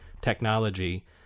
technology